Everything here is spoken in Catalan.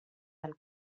del